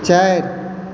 चारि